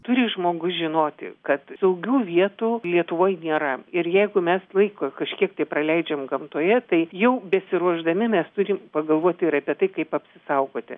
turi žmogus žinoti kad saugių vietų lietuvoj nėra ir jeigu mes laiko kažkiek tai praleidžiam gamtoje tai jau besiruošdami mes turim pagalvoti ir apie tai kaip apsisaugoti